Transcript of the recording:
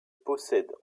possède